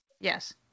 Yes